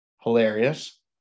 hilarious